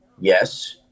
yes